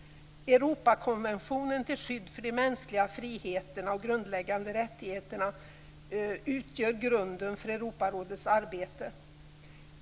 Europakonventionen till skydd för de mänskliga friheterna och grundläggande rättigheterna utgör grunden för Europarådets arbete.